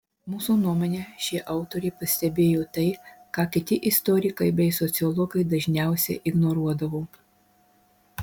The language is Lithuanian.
mūsų nuomone ši autorė pastebėjo tai ką kiti istorikai bei sociologai dažniausiai ignoruodavo